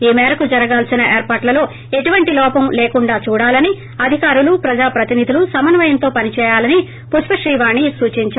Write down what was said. ఈ మేరకు జరగాల్సిన ఏర్పాట్లలో ఎటువంటి లోపం లేకుండా చూడాలని అధికారులు ప్రజా ప్రతినిధులు సమన్నయంతో పనిచేయాలని పుష్ప శ్రీ వాణి సూచించారు